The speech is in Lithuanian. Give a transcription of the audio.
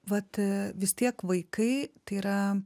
vat vis tiek vaikai tai yra